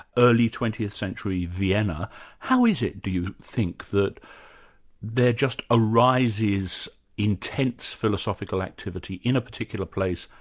early twentieth century vienna how is it do you think, that there just arises intense philosophical activity in a particular place,